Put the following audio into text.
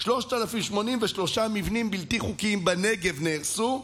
3,083 מבנים לא חוקיים בנגב נהרסו,